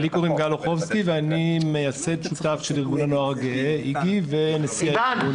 אני מייסד שותף של ארגון הנוער הגאה איגי ונשיא הארגון.